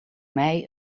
mij